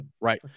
right